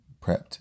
prepped